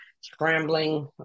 scrambling